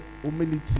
humility